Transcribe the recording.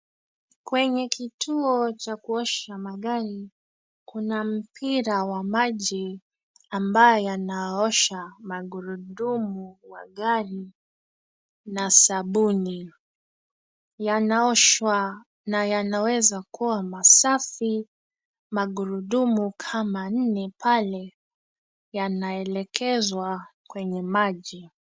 Kwenye kituo cha kuosha magari kuna mpira wa maji ambayo yanaosha magurudumu wa gari na sabuni. Yanaoshwa na yanaweza kuwa masafi. Magurudumu kama nne pale yanaelekezwa kwenye maji.